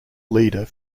leader